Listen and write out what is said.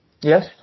Yes